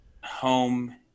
home